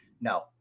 No